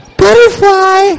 butterfly